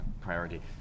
priority